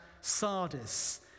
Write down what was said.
Sardis